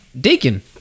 deacon